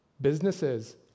businesses